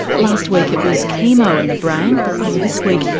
last week it was chemo and the brain. well, this week,